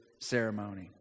ceremony